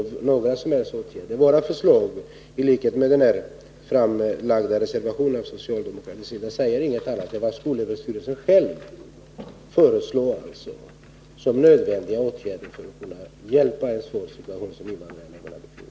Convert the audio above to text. Man måste vidta åtgärder. Våra förslag, liksom socialdemokraternas reservation, går inte ut på någonting annat än vad skolöverstyrelsen själv angett som nödvändiga åtgärder för att man skall kunna hjälp invandrareleverna i den svåra situation som de befinner sig i.